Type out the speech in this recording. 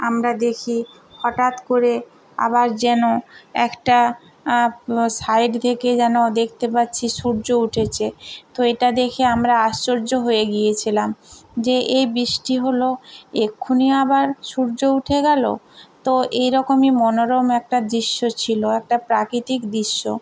আমরা দেখি হঠাৎ করে আবার যেন একটা সাইড থেকে যেন দেখতে পাচ্ছি সূর্য উঠেছে তো এটা দেখে আমরা আশ্চর্য হয়ে গিয়েছিলাম যে এই বৃষ্টি হলো এখনই আবার সূর্য উঠে গেলো তো এইরকমই মনোরম একটা দৃশ্য ছিল একটা প্রাকৃতিক দৃশ্য